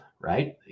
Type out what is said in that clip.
right